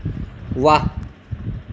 ৱাহ